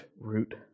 root